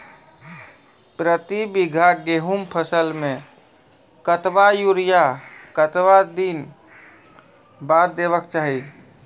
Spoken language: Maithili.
प्रति बीघा गेहूँमक फसल मे कतबा यूरिया कतवा दिनऽक बाद देवाक चाही?